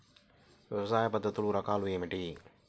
వ్యవసాయ పద్ధతులు రకాలు ఏమిటి?